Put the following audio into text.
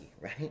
right